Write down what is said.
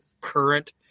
current